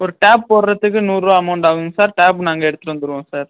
ஒரு டேப் போடுறதுக்கு நூறுரூவா அமௌண்ட் ஆகுங்க சார் டேப் நாங்கள் எடுத்துகிட்டு வந்துருவோம் சார்